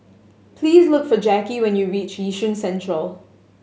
please look for Jacky when you reach Yishun Central